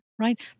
right